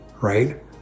right